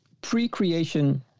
pre-creation